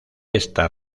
esta